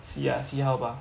see ah see how bah